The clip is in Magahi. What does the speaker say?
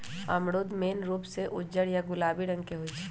अमरूद मेन रूप से उज्जर या गुलाबी रंग के होई छई